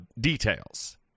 details